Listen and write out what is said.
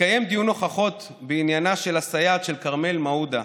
התקיים דיון הוכחות בעניינה של הסייעת של כרמל מעודה,